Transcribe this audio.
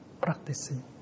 practicing